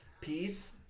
Peace